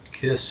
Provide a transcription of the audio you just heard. kiss